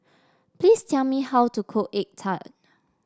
please tell me how to cook egg tart